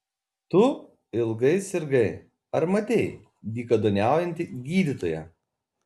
tu ilgai sirgai ar matei dykaduoniaujantį gydytoją